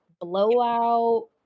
blowout